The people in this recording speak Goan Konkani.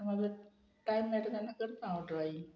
म्हाका टायम मेळटा तेन्ना करता हांव ट्राय